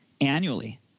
annually